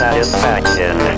Satisfaction